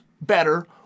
better